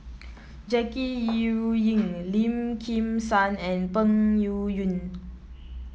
Jackie Yi Ru Ying Lim Kim San and Peng Yuyun